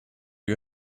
you